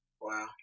Wow